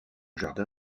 jardin